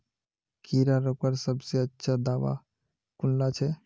कीड़ा रोकवार सबसे अच्छा दाबा कुनला छे?